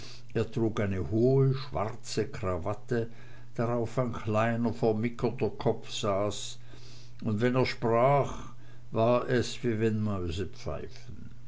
er trug eine hohe schwarze krawatte drauf ein kleiner vermickerter kopf saß und wenn er sprach war es wie wenn mäuse pfeifen